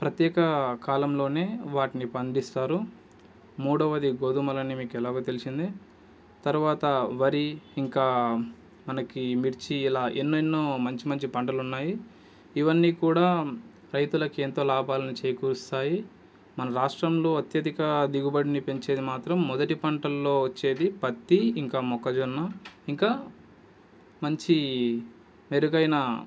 ప్రత్యేక కాలంలోనే వాటిని పండిస్తారు మూడవది గోధుమలన్ని మీకు ఎలాగో తెలిసిందే తర్వాత వరి ఇంకా మనకి మిర్చి ఇలా ఎన్నెన్నో మంచి మంచి పంటలు ఉన్నాయి ఇవన్నీ కూడా రైతులకు ఎంతో లాభాలను చేకూరుస్తాయి మన రాష్ట్రంలో అత్యధిక దిగుబడిని పెంచేది మాత్రం మొదటి పంటల్లో వచ్చేది పత్తి ఇంకా మొక్కజొన్న ఇంకా మంచి మెరుగైన